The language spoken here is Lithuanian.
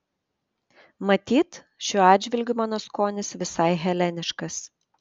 matyt šiuo atžvilgiu mano skonis visai heleniškas